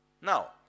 Now